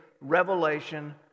revelation